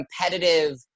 competitive